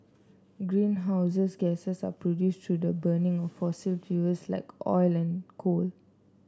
greenhouses gases are produced through the burning of fossil fuels like oil and coal